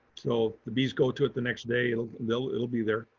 so the bees go to it the next day they'll it'll be there.